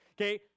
Okay